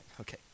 okay